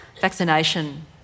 vaccination